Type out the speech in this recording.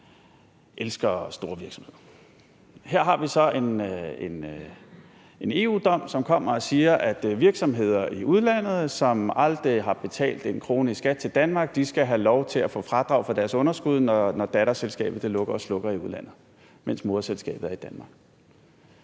man elsker store virksomheder. Her har vi så en EU-dom, hvor man kommer og siger, at virksomheder i udlandet, som aldrig har betalt 1 kr. i skat til Danmark, skal have lov til at få fradrag for deres underskud, når datterselskabet lukker og slukker i udlandet, mens moderselskabet er i Danmark.